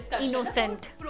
Innocent